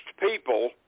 people